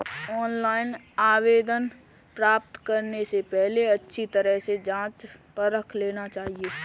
online आवेदन प्राप्त करने से पहले अच्छी तरह से जांच परख लेना चाहिए